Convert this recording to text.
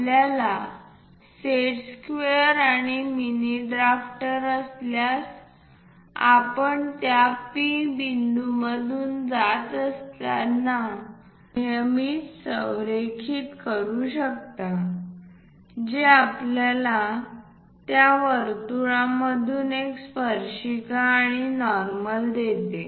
आपल्याकडे set square किंवा mini drafter असल्यास आपण त्या P बिंदूतून जात असताना नेहमीच संरेखित करू शकता जे आपल्याला त्या वर्तुळामधून एक स्पर्शिका आणि नॉर्मल देते